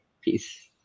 Peace